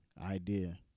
idea